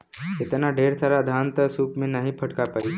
एतना ढेर सारा धान त सूप से नाहीं फटका पाई